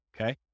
Okay